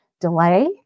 delay